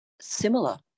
similar